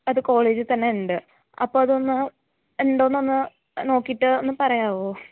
അത് കോളേജിൽ തന്നെ ഉണ്ട് അപ്പോൾ അതൊന്ന് ഉണ്ടോ എന്നൊന്ന് നോക്കിയിട്ട് ഒന്ന് പറയാമോ